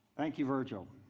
thank you virgil.